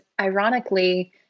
ironically